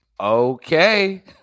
Okay